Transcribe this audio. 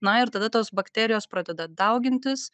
na ir tada tos bakterijos pradeda daugintis